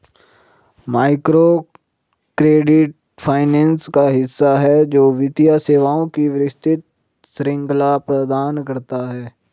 microcredit finance का हिस्सा है, जो वित्तीय सेवाओं की विस्तृत श्रृंखला प्रदान करता है